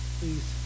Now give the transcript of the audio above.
please